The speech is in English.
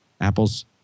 Apple's